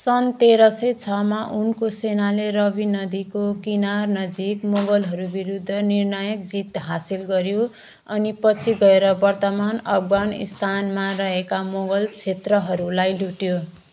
सन् तेह्र सय छमा उनको सेनाले रवी नदीको किनारनजिक मुगलहरू विरुद्ध निर्णायक जित हासेल गऱ्यो अनि पछि गएर वर्तमान अफगानिस्तानमा रहेका मुगल क्षेत्रहरूलाई लुट्यो